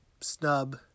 snub